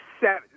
seven –